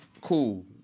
cool